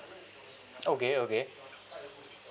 okay okay